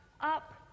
up